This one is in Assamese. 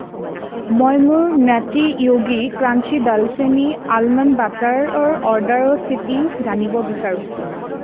মই মোৰ নাটী য়োগী ক্ৰাঞ্চি ডালচেনি আলমণ্ড বাটাৰৰ অৰ্ডাৰৰ স্থিতি জানিব বিচাৰোঁ